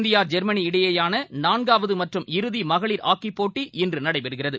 India Germany இடையேயானநான்காவதுமற்றும் இறுதிமகளிர் ஹாக்கிப் போட்டி இன்றுநடைபெறுகிறது